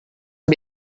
and